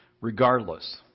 regardless